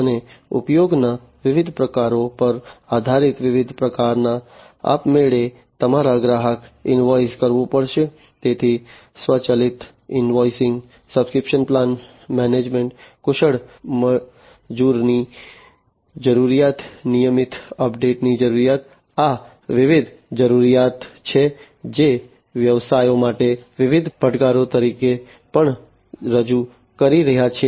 અને ઉપયોગના વિવિધ પ્રકારો પર આધારિત વિવિધ પ્રકારના આપમેળે તમારે ગ્રાહકોને ઇનવોઇસ કરવું પડશે તેથી સ્વચાલિત ઇન્વોઇસિંગ સબ્સ્ક્રિપ્શન પ્લાન મેનેજમેન્ટ કુશળ મજૂરની જરૂરિયાત નિયમિત અપડેટની જરૂરિયાત આ વિવિધ જરૂરિયાતો છે જે વ્યવસાયો માટે વિવિધ પડકારો તરીકે પણ રજૂ કરી રહી છે